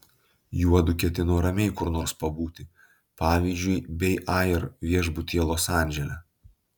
juodu ketino ramiai kur nors pabūti pavyzdžiui bei air viešbutyje los andžele